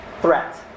threat